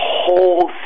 whole